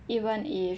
even if